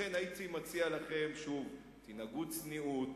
לכן הייתי מציע לכם שוב: תנהגו בצניעות,